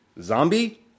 zombie